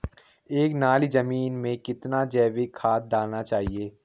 एक नाली जमीन में कितना जैविक खाद डालना चाहिए?